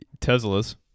Tesla's